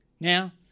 Now